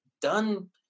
done